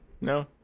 No